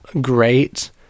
great